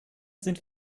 sind